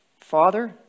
Father